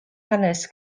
hanes